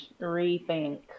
rethink